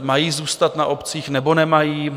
mají zůstat na obcích, nebo nemají.